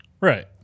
Right